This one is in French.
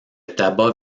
tabac